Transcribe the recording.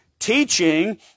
teaching